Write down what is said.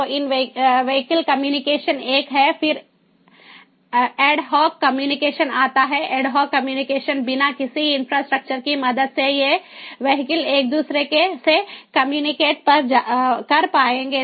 तो इन vehicle communication एक है फिर एड हॉक कम्युनिकेशन आता हैएड हॉक कम्युनिकेशन बिना किसी इंफ्रास्ट्रक्चर की मदद से ये व्हीकल एक दूसरे से कम्यूनिकेट कर पाएंगे